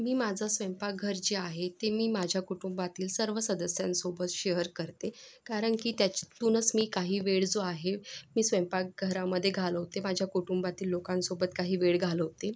मी माझं स्वयंपाकघर जे आहे ते मी माझ्या कुटुंबातील सर्व सदस्यांसोबत शेहर करते कारण की त्याच्यातूनच मी काही वेळ जो आहे मी स्वयंपाकघरामध्ये घालवते माझ्या कुटुंबातील लोकांसोबत काही वेळ घालवते